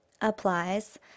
applies